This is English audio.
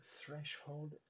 threshold